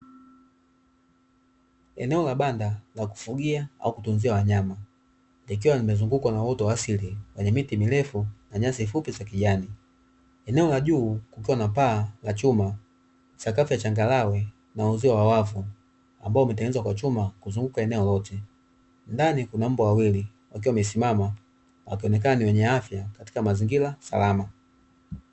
Eneo la banda la kufugia au kutunzia wanyama likiwa limezungukwa na uoto wa asili wenye miti mirefu na nyasi fupi za kijani, eneo la juu likiwa na paa la chuma, sakafu la changalawe na uzio wa wavu ambao umetengenezwa kwa chuma kuzunguka eneo lote, ndani kuna mbwa wawili wakiwa wamesimama wakionekana ni wenye afya katika mazingira salama.